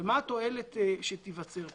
ומה התועלת שתיווצר פה.